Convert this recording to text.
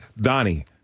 Donnie